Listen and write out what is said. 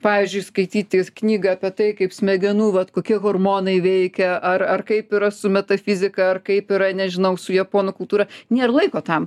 pavyzdžiui skaityti knygą apie tai kaip smegenų vat kokie hormonai veikia ar ar kaip yra su metafizika ar kaip yra nežinau su japonų kultūra nėr laiko tam